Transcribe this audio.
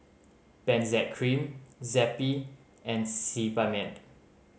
Benzac Cream Zappy and Sebamed